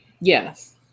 yes